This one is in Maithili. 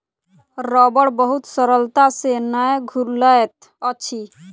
रबड़ बहुत सरलता से नै घुलैत अछि